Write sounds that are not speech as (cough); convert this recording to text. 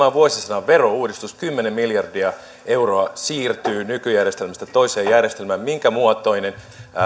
(unintelligible) on vuosisadan verouudistus kymmenen miljardia euroa siirtyy nykyjärjestelmästä toiseen järjestelmään minkä muotoinen